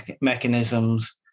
mechanisms